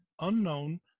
unknown